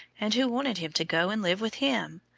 and who wanted him to go and live with him,